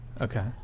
Okay